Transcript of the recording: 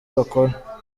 bakora